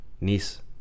niece